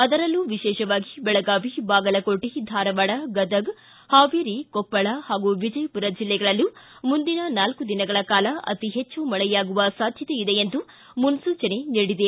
ಅದರಲ್ಲೂ ವಿಶೇಷವಾಗಿ ಬೆಳಗಾವಿ ಬಾಗಲಕೋಟೆ ಧಾರವಾಡ ಗದಗ ಹಾವೇರಿ ಕೊಪ್ಪಳ ಹಾಗೂ ವಿಜಯಪುರ ಜಿಲ್ಲೆಗಳಲ್ಲೂ ಮುಂದಿನ ನಾಲ್ಕು ದಿನಗಳ ಕಾಲ ಅತೀ ಹೆಚ್ಚು ಮಳೆಯಾಗುವ ಸಾಧ್ಯತೆಯಿದೆ ಎಂದು ಮನ್ನೂಚನೆ ನೀಡಿದೆ